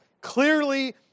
clearly